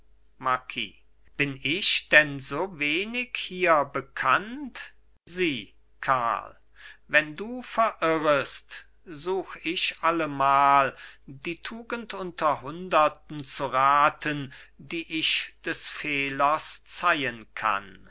marquis bin ich denn so wenig hier bekannt sieh karl wenn du verirrest such ich allemal die tugend unter hunderten zu raten die ich des fehlers zeihen kann